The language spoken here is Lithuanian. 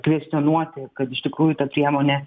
kvestionuoti kad iš tikrųjų ta priemonė